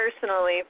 Personally